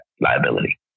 liability